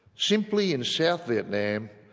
simply in south vietnam,